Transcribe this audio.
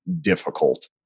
difficult